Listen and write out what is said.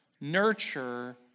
nurture